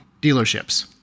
dealerships